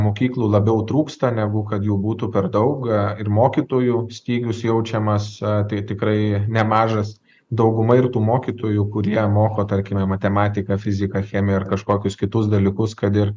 mokyklų labiau trūksta negu kad jų būtų per daug ir mokytojų stygius jaučiamas tai tikrai nemažas dauguma ir tų mokytojų kurie moko tarkime matematiką fiziką chemiją ar kažkokius kitus dalykus kad ir